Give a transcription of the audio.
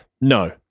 No